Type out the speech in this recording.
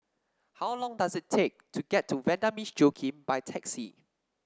how long does it take to get to Vanda Miss Joaquim by taxi